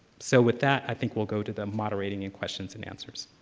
so, with that, i think we'll go to the moderating in questions and answers.